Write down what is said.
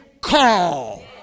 call